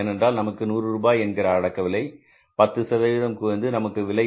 ஏனென்றால் நமக்கு 100 ரூபாய் என்கிற அடக்கவிலை 10 சதவிகிதம் குறைந்து நமது விலை என்பது 91